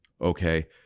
okay